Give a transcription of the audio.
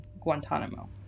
Guantanamo